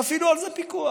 תפעילו על זה פיקוח.